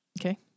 Okay